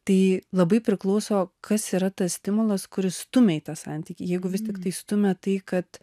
tai labai priklauso kas yra tas stimulas kuris stumia į tą santykį jeigu vis tiktai stumia tai kad